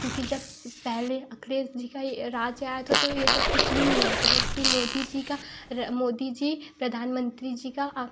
क्योंकि जब पहले अखिलेश जी का राज आया था तो ये सब कुछ भी नहीं हो रहा था जब से मोदी जी का र मोदी जी प्रधानमंत्री जी का आ